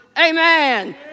amen